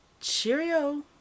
Cheerio